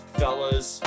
fellas